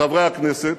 חברי הכנסת,